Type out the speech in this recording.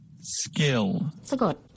Skill